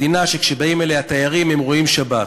מדינה שכשבאים אליה תיירים הם רואים שבת.